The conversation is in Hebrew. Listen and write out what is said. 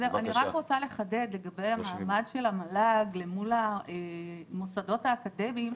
אני רק רוצה לחדד לגבי המעמד של המל"ג מול המוסדות האקדמיים.